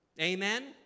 amen